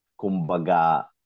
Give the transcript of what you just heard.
kumbaga